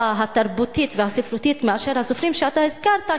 התרבותית והספרותית מאשר הסופרים שאתה הזכרת,